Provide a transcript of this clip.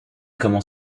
comment